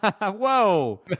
Whoa